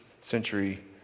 century